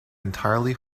entirely